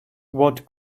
what